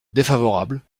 défavorable